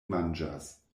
manĝas